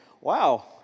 Wow